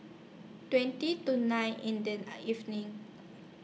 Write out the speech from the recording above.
twenty to nine in The evening